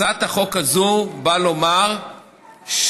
הצעת החוק הזאת באה לומר שבנוסף,